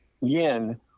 yen